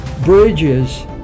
Bridges